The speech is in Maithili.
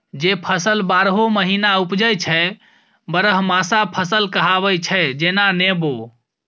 जे फसल बारहो महीना उपजै छै बरहमासा फसल कहाबै छै जेना नेबो